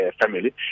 family